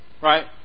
right